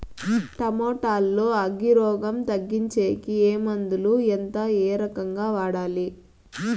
Tomato లో అగ్గి రోగం తగ్గించేకి ఏ మందులు? ఎంత? ఏ రకంగా వాడాలి?